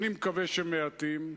אני מקווה שהם מעטים,